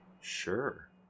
sure